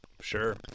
Sure